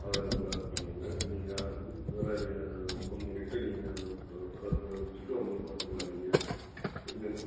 அவைலபிளாக இருப்பேன் நான் நீங்கள் ஆறு மணிக்கு மேலே என்னை ஃபோன் பண்ணிட்டு நீங்கள் தொ தொடர்பில் வச்சிட்டு வந்தது பார்த்துக்கலாம் நீங்கள் என்ன